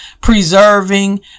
preserving